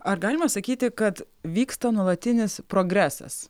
ar galima sakyti kad vyksta nuolatinis progresas